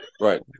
right